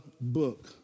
book